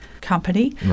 company